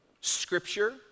Scripture